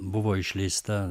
buvo išleista